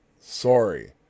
Sorry